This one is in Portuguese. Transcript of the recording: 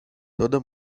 toda